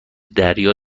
دریا